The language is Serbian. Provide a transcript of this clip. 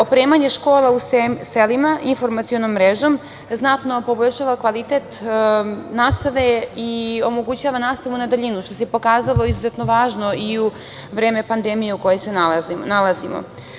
Opremanje škola u selima informacionom mrežom znatno poboljšava kvalitet nastave i omogućava nastavu na daljinu, što se pokazalo izuzetno važnim i u vreme pandemije u kojoj se nalazimo.